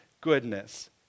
goodness